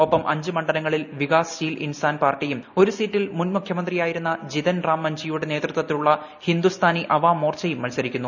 ഒപ്പം അഞ്ച് മണ്ഡലങ്ങളിൽ വികാസ് ശീൽ ഇൻസാൻ പാർട്ടിയും ഒരു സൌറ്റിൽ മുൻ മുഖ്യമന്ത്രിയായിരുന്ന ജിതൻ റാം മഞ്ച്ഹിയുടെ നേതൃത്പത്തിലുള്ള ഹിന്ദുസ്ഥാനി അവാം മോർച്ചയും മത്സരിക്കുന്നു